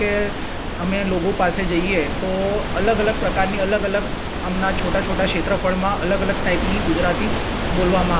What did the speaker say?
અમે લોકો પાસે જઈએ તો અલગ અલગ પ્રકારની અલગ અલગ આમના છોટા છોટા ક્ષેત્રફળમાં અલગ અલગ ટાઇપની ગુજરાતી બોલવામાં આવે છે